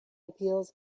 appeals